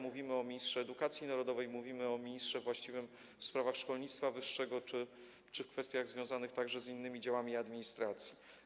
Mówimy o ministrze edukacji narodowej, mówimy o ministrze właściwym do spraw szkolnictwa wyższego czy kwestii związanych także z innymi działami administracji.